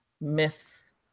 myths